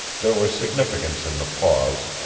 there was significance in the pause,